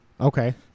Okay